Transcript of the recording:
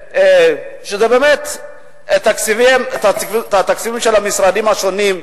באמת התקציבים של המשרדים השונים.